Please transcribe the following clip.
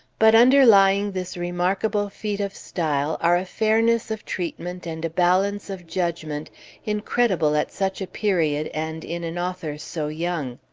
but underlying this remarkable feat of style, are a fairness of treatment and a balance of judgment incredible at such a period and in an author so young.